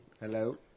Hello